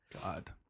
God